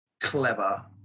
clever